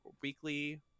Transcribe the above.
weekly